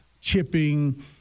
chipping